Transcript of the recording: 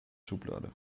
schublade